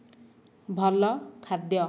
ଭଲ ଖାଦ୍ୟ